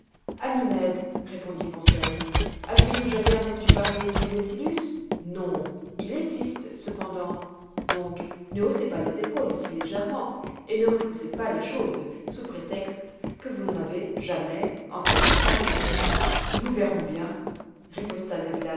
ami ned répondit conseil aviez-vous jamais entendu parler du nautilus non il existe cependant donc ne haussez pas les épaules si légèrement et ne repoussez pas les choses sous prétexte que vous n'en avez jamais entendu parler nous verrons bien riposta